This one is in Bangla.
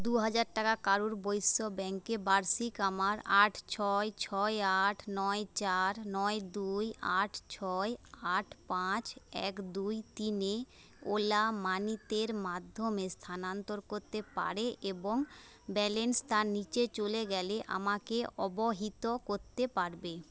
দু হাজার টাকা কারুর বৈশ্য ব্যাঙ্কে বার্ষিক আমার আট ছয় ছয় আট নয় চার নয় দুই আট ছয় আট পাঁচ এক দুই তিন এ ওলা মানিতের মাধ্যমে স্থানান্তর করতে পারে এবং ব্যালেন্স তার নিচে চলে গেলে আমাকে অবহিত করতে পারবে